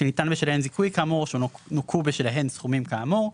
שניתן בשלהן זיכוי כאמור או שנוכו בשלהן סכומים כאמור,